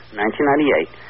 1998